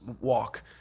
walk